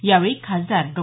यावेळी खासदार डॉ